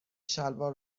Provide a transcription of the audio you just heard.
شلوار